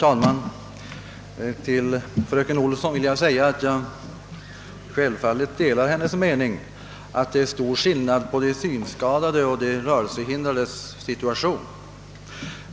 Herr talman! Självfallet delar jag fröken Olssons mening att det är stor skillnad mellan de synskadades och de rörelsehindrades situation.